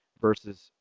versus